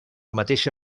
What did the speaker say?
mateixa